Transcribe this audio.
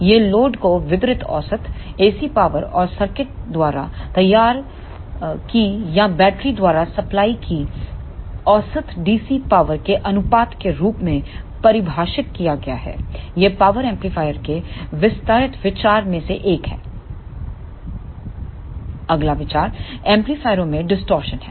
यह लोड को वितरित औसत AC पावर और सर्किट द्वारा तैयार की या बैटरी द्वारा सप्लाई की औसत डीसी पावर के अनुपात के रूप में परिभाषित किया गया हैयह पावर एंपलीफायर के विस्तारक विचार में से एकहै अगलाविचार एम्पलीफायरों में डिस्टॉर्शन है